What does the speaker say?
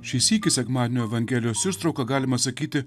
šį sykį sekmadienio evangelijos ištrauka galima sakyti